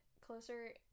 closer